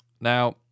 Now